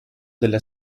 della